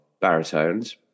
baritones